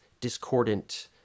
discordant